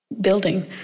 building